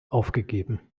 aufgegeben